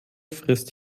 frisst